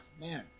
man